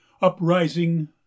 uprising